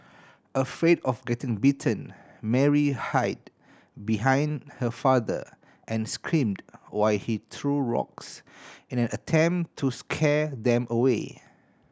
afraid of getting bitten Mary hid behind her father and screamed while he threw rocks in an attempt to scare them away